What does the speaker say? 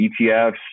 ETFs